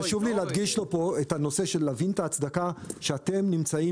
חשוב לי להדגיש לו פה את הנושא של להבין את ההצדקה שאתם נמצאים,